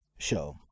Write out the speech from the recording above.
Show